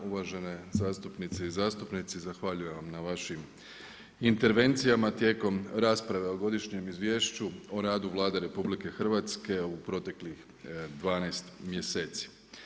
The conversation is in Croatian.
Uvažene zastupnice i zastupnici, zahvaljujem na vašim intervencijama tijekom rasprave o godišnjem izvješću, o radu Vlade RH, u proteklih 12 mjeseci.